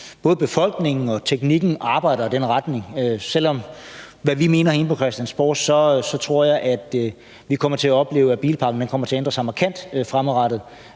både befolkningen og teknikken arbejder i den retning, og selv om vi mener noget inde på Christiansborg, tror jeg, at vi kommer til at opleve, at bilparken kommer til at ændre sig markant fremadrettet.